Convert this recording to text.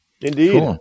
Indeed